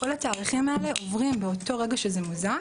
כל התאריכים האלה עוברים באותו רגע שזה מוזן